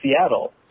Seattle